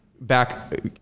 back